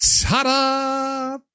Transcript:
ta-da